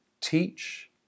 teach